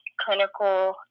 clinical